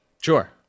Sure